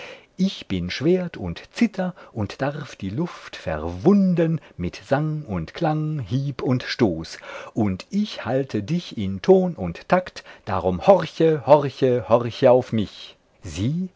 ich bin schwert und zither und darf die luft verwunden mit sang und klang hieb und stoß und ich halte dich in ton und takt darum horche horche horche auf mich sie